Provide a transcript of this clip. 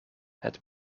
het